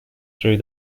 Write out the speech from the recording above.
through